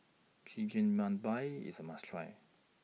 Chigenabe IS A must Try